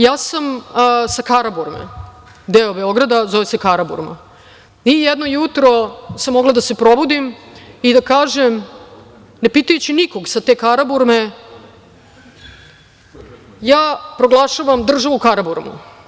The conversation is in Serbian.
Ja sam sa Karaburme, deo Beograda koji se zove Karaburma, i jedno jutro sam mogla da se probudim i da kažem, ne pitajući nikoga sa te Karaburme – ja proglašavam državu Karaburmu.